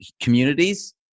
communities